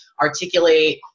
articulate